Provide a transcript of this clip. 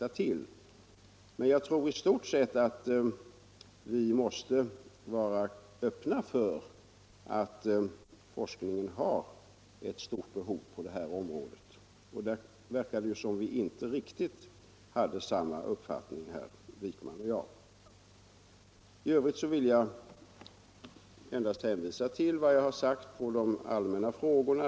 Jag tror emellertid i stort sett att vi måste vara öppna för att forskningen har ett stort behov på detta område, och i det avseendet verkar det ju som om vi inte riktigt hade samma uppfattning, herr Wijkman och jag. I övrigt vill jag endast hänvisa till vad jag har sagt om de allmänna frågorna.